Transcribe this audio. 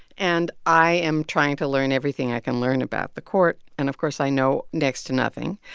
and i am trying to learn everything i can learn about the court. and of course i know next to nothing.